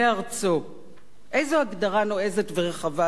איזו הגדרה נועזת ורחבה זאת למנהיגות.